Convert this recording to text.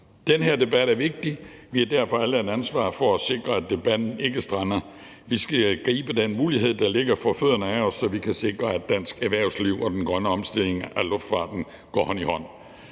Den her debat er vigtig. Vi har derfor alle et ansvar for at sikre, at debatten ikke strander. Vi skal gribe den mulighed, der ligger lige foran os, så vi kan sikre, at dansk erhvervsliv og den grønne omstilling af luftfarten går hånd i hånd.